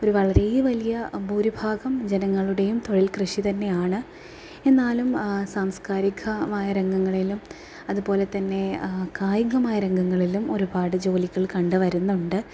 ഒരു വളരെ വലിയ ഭൂരിഭാഗം ജനങ്ങളുടെയും തൊഴിൽ കൃഷി തന്നെയാണ് എന്നാലും സാംസ്കാരികമായ രംഗങ്ങളിലും അതുപോലെതന്നെ കായികമായാ രംഗങ്ങളിലും ഒരുപാട് ജോലികൾ കണ്ടുവരുന്നുണ്ട്